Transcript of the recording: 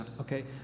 okay